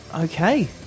Okay